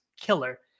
killer